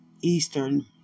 Eastern